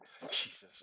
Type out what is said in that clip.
Jesus